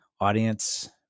audience